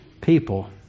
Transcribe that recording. people